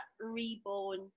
reborn